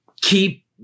keep